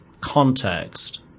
context